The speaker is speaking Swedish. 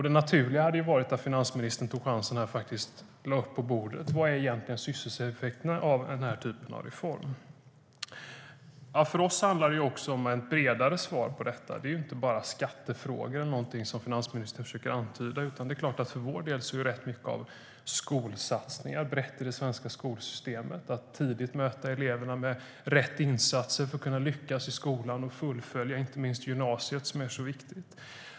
Det naturliga hade varit att finansministern hade tagit chansen här och lagt fram på bordet vad sysselsättningseffekterna egentligen är av denna typ av reform. För oss handlar det också om ett bredare svar på detta. Det är inte bara skattefrågor, som finansministern försöker antyda. Det är klart att det för vår del handlar mycket om breda skolsatsningar i det svenska skolsystemet och att tidigt möta eleverna med rätt insatser för att de ska kunna lyckas i skolan och fullfölja inte minst gymnasiet, som är så viktigt.